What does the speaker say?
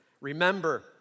remember